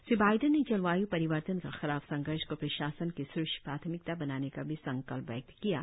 Shri Biden ने जलवायु परिवर्तन के खिलाफ संघर्ष को प्रशासन की शीर्ष प्राथमिकता बनाने का भी संकल्प व्यक्त किया है